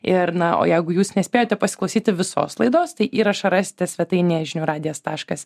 ir na o jeigu jūs nespėjote pasiklausyti visos laidos tai įrašą rasite svetainėje žinių radijas taškas